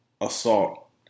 assault